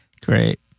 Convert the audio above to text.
Great